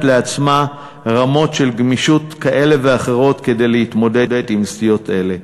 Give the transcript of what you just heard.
לעצמה רמות של גמישות כאלה ואחרות כדי להתמודד עם סטיות אלה.